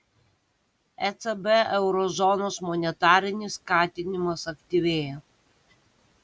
ecb euro zonos monetarinis skatinimas aktyvėja